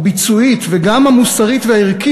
הביצועית וגם המוסרית והערכית,